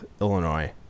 Illinois